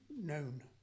known